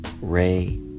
Ray